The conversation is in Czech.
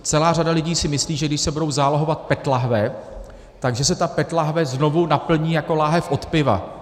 Celá řada lidí si myslí, že když se budou zálohovat PET lahve, tak že se ta PET láhev znovu naplní jako láhev od piva.